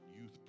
youth